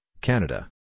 Canada